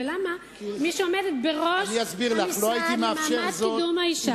ולמה מי שעומדת בראש המשרד לקידום מעמד האשה,